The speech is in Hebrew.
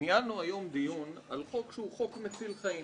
ניהלנו היום דיון על חוק שהוא מציל חיים,